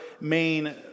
main